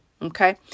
Okay